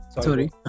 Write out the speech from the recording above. Sorry